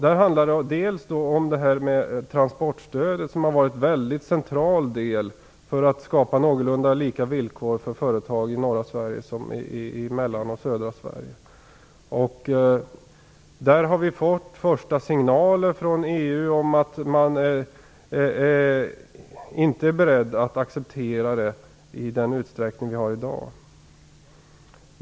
Det handlar dels om transportstödet, som har varit mycket centralt när det gällt att skapa någorlunda lika villkor för företag i norra Sverige som vad som gäller för företag i Syd och Mellansverige. Vi har fått några första signaler från EU om att man inte är beredd att acceptera detta i den utsträckning som gäller för oss i dag.